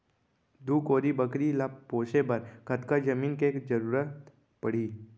दू कोरी बकरी ला पोसे बर कतका जमीन के जरूरत पढही?